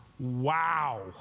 Wow